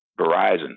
Verizon